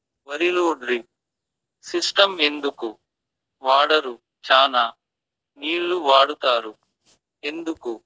వరిలో drip system ఎందుకు వాడరు? చానా నీళ్లు వాడుతారు ఎందుకు?